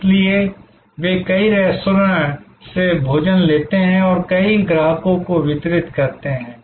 इसलिए वे कई रेस्तरां से भोजन लेते हैं और कई ग्राहकों को वितरित करते हैं